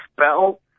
spell